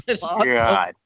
god